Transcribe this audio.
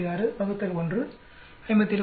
6 1 57